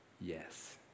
Yes